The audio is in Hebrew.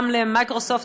למייקרוסופט,